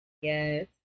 Yes